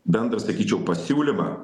bendrą sakyčiau pasiūlymą